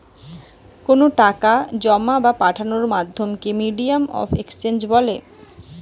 কোনো টাকা জোমা বা পাঠানোর মাধ্যমকে মিডিয়াম অফ এক্সচেঞ্জ বলে